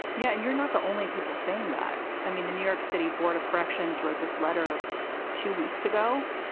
yeah, and you're not the only people saying that. i mean, the new york city board of corrections wrote this letter two weeks ago,